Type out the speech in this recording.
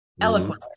eloquently